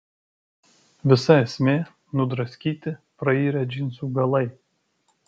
visa esmė nudraskyti prairę džinsų galai